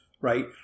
right